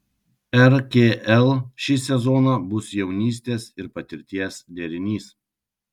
rkl šį sezoną bus jaunystės ir patirties derinys